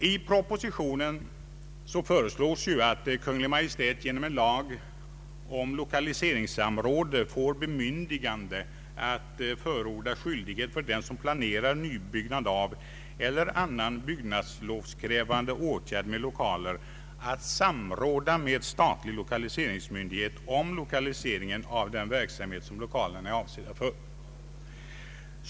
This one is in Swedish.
I propositionen föreslås att Kungl. Maj:t genom en lag om lokaliseringssamråd får bemyndigande att förordna om skyldighet för den som planerar nybyggnad av eller annan byggnadslovskrävande åtgärd med lokaler att samråda med statlig lokaliseringsmyndighet om lokaliseringen av den verksamhet som lokalerna är avsedda för.